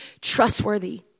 trustworthy